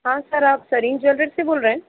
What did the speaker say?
ہاں سر آپ سرین جویلرس سے بول رہے ہیں